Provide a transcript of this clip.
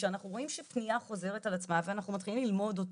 כאשר אנחנו רואים שפנייה חוזרת על עצמה ואנחנו מתחלים ללמוד אותה,